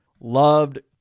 loved